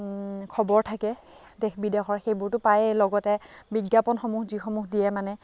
খবৰ থাকে দেশ বিদেশৰ সেইবোৰতো পায়েই লগতে বিজ্ঞাপনসমূহ যিসমূহ দিয়ে মানে